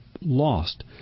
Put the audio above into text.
lost